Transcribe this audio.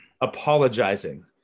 apologizing